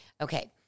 Okay